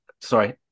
Sorry